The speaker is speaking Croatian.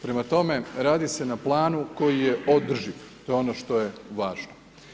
Prema tome, radi se na planu koji je održiv, to je ono što je važno.